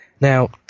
Now